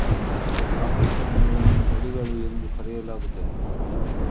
ಸಾಕು ಪ್ರಾಣಿಗಳನ್ನು ತಳಿಗಳು ಎಂದು ಕರೆಯಲಾಗುತ್ತದೆ